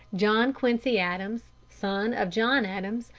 john quincy adams, son of john adams,